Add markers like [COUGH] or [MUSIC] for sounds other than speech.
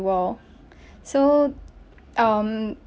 world [BREATH] so um